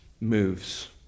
moves